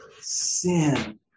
sin